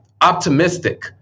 optimistic